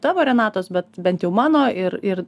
tavo renatos bet bent jau mano ir ir